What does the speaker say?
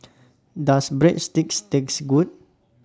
Does Breadsticks Taste Good